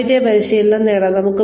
നമുക്ക് വൈവിധ്യ പരിശീലനം നേടാം